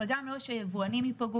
אבל גם לא שיבואנים ייפגעו.